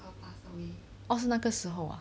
oh 是那个时候 ah